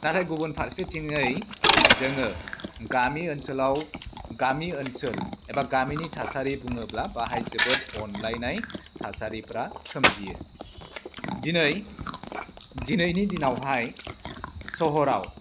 नाथाय गुबुन फारसेथिंजाय जोङो गामि ओनसोलाव गामि ओनसोल एबा गामिनि थासारि बुङोब्ला बाहाय जोबोद अनलायनाय थासारिफोरा सोमजियो दिनै दिनैनि दिनावहाय सहराव